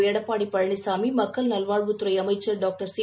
எடப்பாடி பழனிசாமி மக்கள் நல்வாழ்வுத்துறை அமைச்சர் டாக்டர் சி